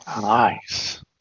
Nice